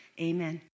Amen